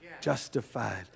Justified